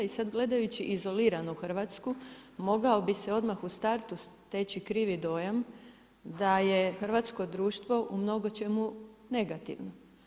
I sad gledajući izoliranu Hrvatsku mogao bih se odmah u startu steći krivi dojam da je hrvatsko društvo u mnogočemu negativno.